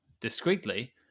discreetly